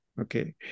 okay